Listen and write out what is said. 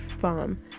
farm